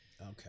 okay